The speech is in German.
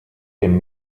dem